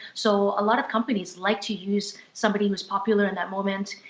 so a lot of companies like to use somebody who's popular in that moment.